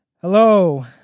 Hello